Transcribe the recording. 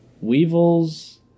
weevils